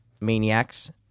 maniacs